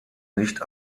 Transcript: nicht